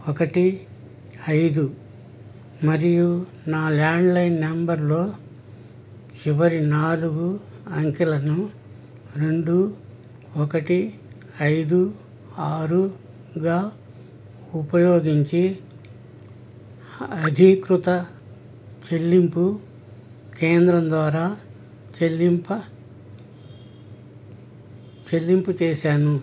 ఒకటి ఐదు మరియు నా ల్యాండ్లైన్ నెంబర్లో చివరి నాలుగు అంకెలను రెండు ఒకటి ఐదు ఆరుగా ఉపయోగించి అధీకృత చెల్లింపు కేంద్రం ద్వారా చెల్లింప చెల్లింపు చేసాను